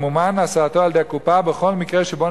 תמומן הסעתו על-ידי הקופה בכל מקרה שבו